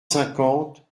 cinquante